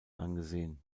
angesehen